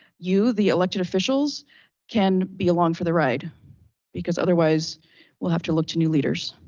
you, the elected officials can be along for the ride because otherwise we'll have to look to new leaders.